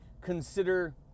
Consider